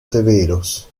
severos